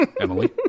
Emily